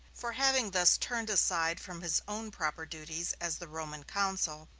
for having thus turned aside from his own proper duties as the roman consul,